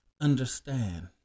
understand